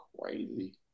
crazy